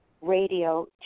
radio